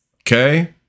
okay